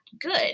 good